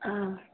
ꯑꯥ